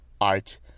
art